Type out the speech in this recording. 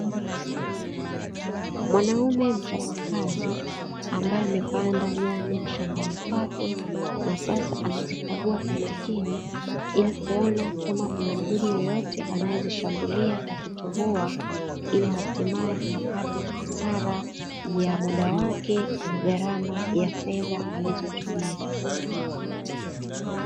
Mwanaume mchapa kazi ambaye amepanda nyanya shambani kwake, na sasa anazikagua kwa makini, ili kuona kama kuna mdudu yeyote anayezishambulia kwa kutoboa, ili hatimaye apate hasara ya muda wake na gharama ya fedha alizotumia.